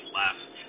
last